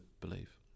believe